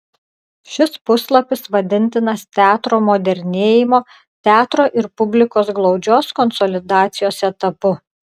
šis puslapis vadintinas teatro modernėjimo teatro ir publikos glaudžios konsolidacijos etapu